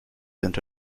into